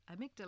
amygdala